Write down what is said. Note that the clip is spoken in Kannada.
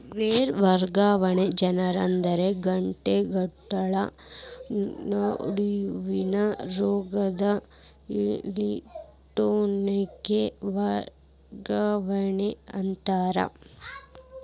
ವೈರ್ ವರ್ಗಾವಣೆ ಜನರ ಅಥವಾ ಘಟಕಗಳ ನಡುವಿನ್ ರೊಕ್ಕದ್ ಎಲೆಟ್ರೋನಿಕ್ ವರ್ಗಾವಣಿ ಅಂತಾರ